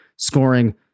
Scoring